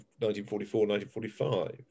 1944-1945